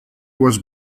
was